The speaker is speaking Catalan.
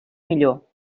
millor